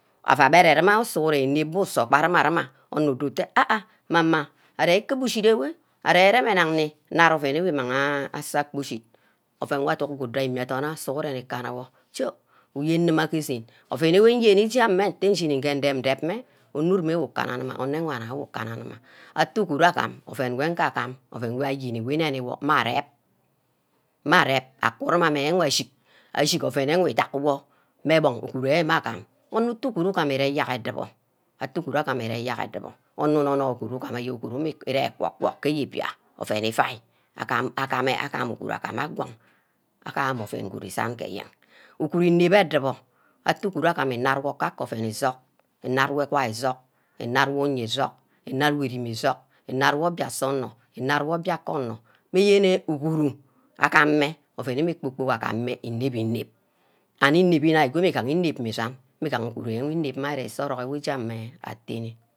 Aua berenuma sughuren inep wor usor gba rima-rima, onor udotte ah ah mama arear ikuba ushid ewe, arear reme nag nni, nad ouen ewe mang asong akpor ushid, ouen wor adug good ke imia adorn your sughuren nge kana-wor, uyen nima ke esen, ouen wer nyeni ijah meh ntah nghini bgee ndim- dapmeh, onoruna wor kanane anewana ukana- nima, atteh uguru agam uen wor ngagam, ouen wor ayeni wi inemi wor mah arep, ma arep akuruwa mmeh ashi. ashi gor ouen enwe idagwor meh gbor, uguru abbeh meh agam, onor uto guru igam ire ayag edubor, arte uguru agam ire ayeg edubor, onor noi- noi uguru gama uguru mmi-re agwak- gwak ke eyibia ouen iuai agam meh uguru agama mbiang, agama ouen good isan ge eyen, uguru inep edubor, atteh uguru agam inad wor kake ouen isong, inad wor eqwai isong, inad wor unye isong, inad isimi isong, inad wor obia aseh onor, inad wor obiakeh onor, meyene uguru agam meh ouen we kpor-kpork agameh inep-inep, and inep nna igo migaha, ouen inep ma isan, mmi gaha uguru we inep ma usorock woje meh attene.